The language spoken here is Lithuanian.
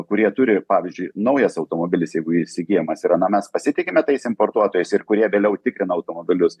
kurie turi pavyzdžiui naujas automobilis jeigu įsigyjamas yra na mes pasitikime tais importuotojais ir kurie vėliau tikrina automobilius